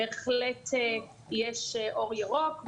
בהחלט יש אור ירוק,